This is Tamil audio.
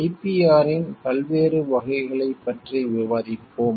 IPR இன் பல்வேறு வகைகளைப் பற்றி விவாதிப்போம்